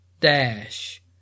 dash